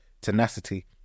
tenacity